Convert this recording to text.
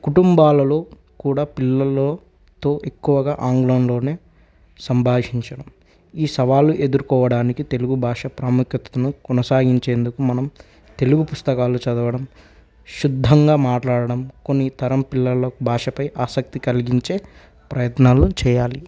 కుటుంబాలలో కూడా పిల్లలతో ఎక్కువగా ఆంగ్లంలోనే సంభాషించడం ఈ సవాలు ఎదుర్కోవడానికి తెలుగు భాష ప్రాముఖ్యతను కొనసాగించేందుకు మనం తెలుగు పుస్తకాలు చదవడం శుద్ధంగా మాట్లాడడం కొన్ని తరం పిల్లలకు భాషపై ఆసక్తి కలిగించే ప్రయత్నాలు చేయాలి